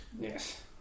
Yes